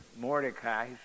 Mordecai